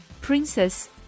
Princess